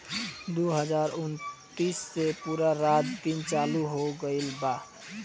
दु हाजार उन्नीस से पूरा रात दिन चालू हो गइल बा